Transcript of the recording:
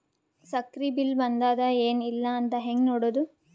ಸಕ್ರಿ ಬಿಲ್ ಬಂದಾದ ಏನ್ ಇಲ್ಲ ಅಂತ ಹೆಂಗ್ ನೋಡುದು?